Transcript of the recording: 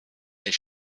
est